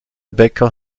bäcker